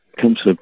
comes